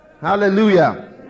hallelujah